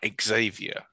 Xavier